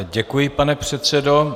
Děkuji, pane předsedo.